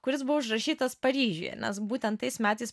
kuris buvo užrašytas paryžiuje nes būtent tais metais